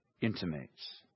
intimates